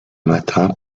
matin